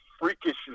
freakish